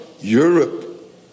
Europe